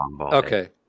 okay